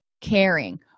caring